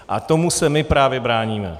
A tomu se my právě bráníme.